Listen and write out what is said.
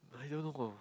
I don't know got